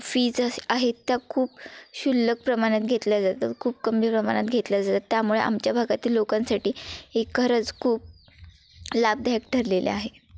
फीजच आहेत त्या खूप क्षुल्लक प्रमाणात घेतल्या जातात खूप कमी प्रमाणात घेतल्या जातात त्यामुळे आमच्या भागातील लोकांसाठी हे खरंच खूप लाभदायक ठरलेले आहे